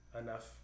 enough